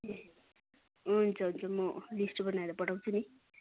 ए हुन्छ हुन्छ म लिस्ट बनाएर पठाउँछु नि